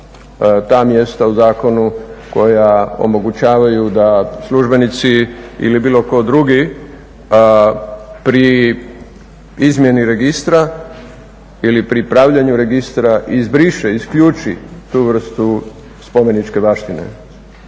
ta mjesta u zakonu koja omogućavaju da službenici ili bilo tko drugi pri izmjeni registra ili pri pravljenju registra izbriše, isključi tu vrstu spomeničke baštine.